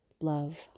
love